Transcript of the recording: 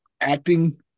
acting